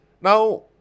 Now